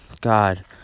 god